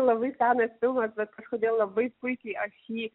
labai senas filmas bet kažkodėl labai puikiai aš jį